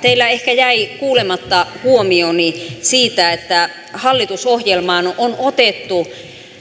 teiltä ehkä jäi kuulematta huomioni siitä että hallitusohjelmaan on otettu